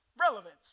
Relevance